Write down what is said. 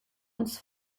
uns